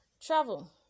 travel